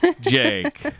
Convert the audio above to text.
Jake